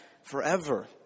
forever